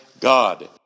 God